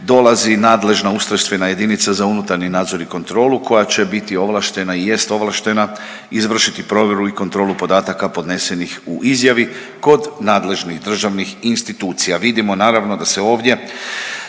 dolazi nadležna ustrojstvena jedinica za unutarnji nadzor i kontrolu koja će biti ovlaštena i jest ovlaštena, izvršiti provjeru i kontrolu podataka podnesenih u izjavi kod nadležnih državnih institucija. Vidimo naravno da se ovdje